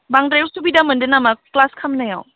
बांद्राय उसुबिदा मोनदो नामा क्लास खालामनायाव